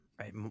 right